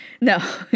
No